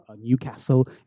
Newcastle